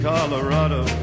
Colorado